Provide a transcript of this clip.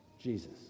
Jesus